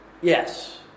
yes